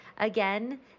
Again